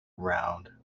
round